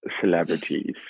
celebrities